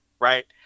right